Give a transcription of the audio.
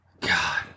God